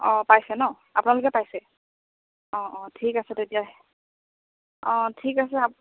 অঁ পাইছে ন আপোনালোকে পাইছে অঁ অঁ ঠিক আছে তেতিয়া অঁ ঠিক আছে